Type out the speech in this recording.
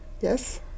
yes